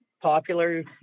popular